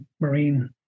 marine